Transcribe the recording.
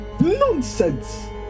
Nonsense